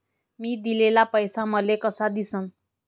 मी दिलेला पैसा मले कसा दिसन?